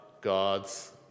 God's